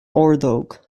ordóg